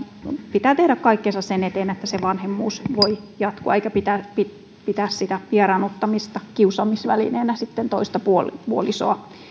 pitää tehdä kaikkensa sen eteen että se vanhemmuus voi jatkua eikä tule pitää vieraannuttamista kiusaamisvälineenä sitten toista puolisoa